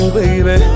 baby